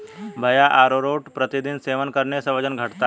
भैया अरारोट प्रतिदिन सेवन करने से वजन घटता है